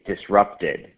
disrupted